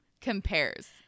compares